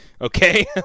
okay